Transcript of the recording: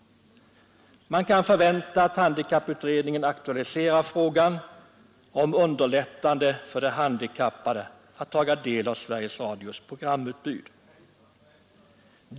Utskottet skriver att man kan förvänta ”att handikapputredningen inom den närmaste tiden i sitt arbete kommer att aktualisera frågan om underlättande för de handikappade att ta del av Sveriges Radios programutbud.